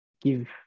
give